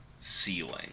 ceiling